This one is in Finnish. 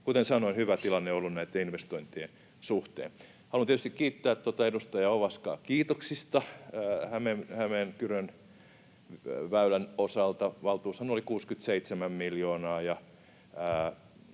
kuten sanoin, ihan hyvä tilanne ollut näitten investointien suhteen. Haluan tietysti kiittää edustaja Ovaskaa kiitoksista Hämeenkyrönväylän osalta. Valtuushan oli 67 miljoonaa,